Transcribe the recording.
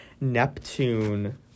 Neptune